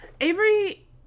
Avery